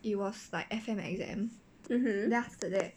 mmhmm